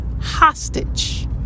hostage